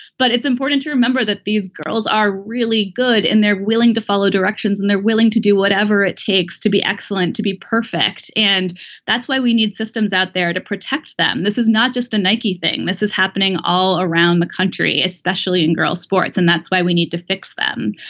but it's important to remember that these girls are really good and they're willing to follow directions and they're willing to do whatever it takes to be excellent to be perfect. and that's why we need systems out there to protect them. this is not just a nike thing. this is happening all around the country especially in girls sports and that's why we need to fix them.